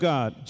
God